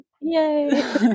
Yay